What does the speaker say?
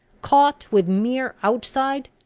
caught with mere outside?